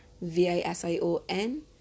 V-I-S-I-O-N